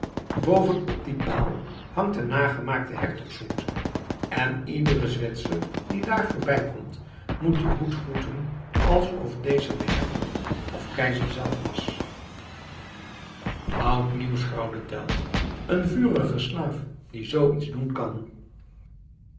op dien paal hangt een nagemaakten hertogshoed en iedere zwitser die daar voorbij komt moet dien hoed groeten alsof deze de hertog of keizer zelf was oud nieuws grauwde tell een vuige slaaf die zoo iets doen kan